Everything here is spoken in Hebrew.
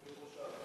בראשם.